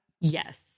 Yes